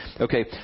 okay